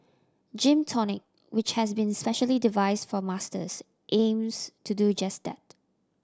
Gym Tonic which has been specially devise for Masters aims to do just that